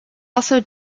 also